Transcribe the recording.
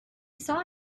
saw